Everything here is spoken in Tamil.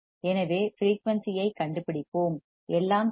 எனவே ஃபிரீயூன்சி ஐ கண்டுபிடிப்போம் எல்லாம் சரி